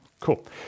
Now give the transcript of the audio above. Cool